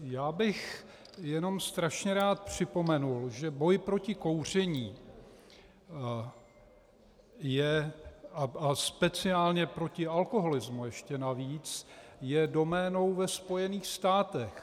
Já bych jenom strašně rád připomenul, že boj proti kouření a speciálně proti alkoholismu ještě navíc je doménou ve Spojených státech.